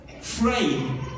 frame